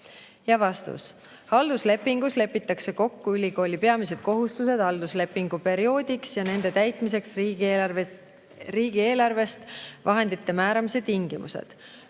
selgusetus?" Halduslepingus lepitakse kokku ülikooli peamised kohustused halduslepingu perioodiks ja nende täitmiseks riigieelarvest vahendite määramise tingimused.